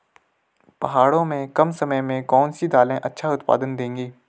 पहाड़ों में कम समय में कौन सी दालें अच्छा उत्पादन देंगी?